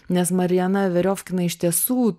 nes mariana veriofkina iš tiesų